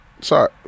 Sorry